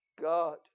God